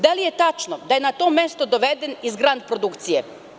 Da li je tačno da je na to mesto doveden iz „Grand produkcije“